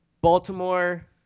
Baltimore